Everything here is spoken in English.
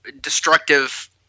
destructive